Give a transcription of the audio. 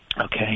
Okay